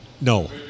no